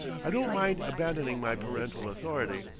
i don't mind abandoning my parental authority,